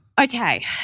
Okay